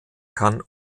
kann